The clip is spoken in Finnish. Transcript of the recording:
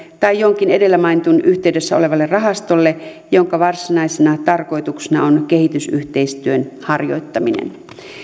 tai jonkin edellä mainitun yhteydessä olevalle rahastolle jonka varsinaisena tarkoituksena on kehitysyhteistyön harjoittaminen